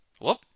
Whoop